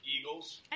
Eagles